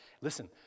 Listen